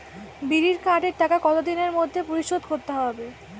বিড়ির কার্ডের টাকা কত দিনের মধ্যে পরিশোধ করতে হবে?